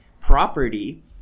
property